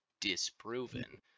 disproven